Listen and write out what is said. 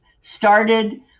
started